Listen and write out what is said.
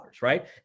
right